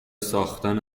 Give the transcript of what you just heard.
ساختن